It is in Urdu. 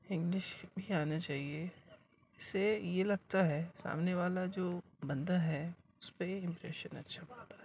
انگلش بھی آنا چاہیے اس سے یہ لگتا ہے سامنے والا جو بندہ ہے اس پہ امپریشن اچھا پڑتا ہے